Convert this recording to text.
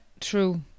true